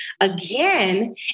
again